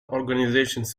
organizations